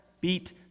beat